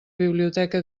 biblioteca